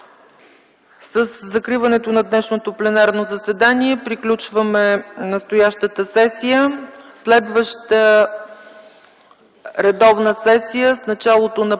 Със закриването на днешното пленарно заседание приключваме настоящата сесия. Следваща редовна сесия – в началото на